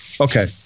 Okay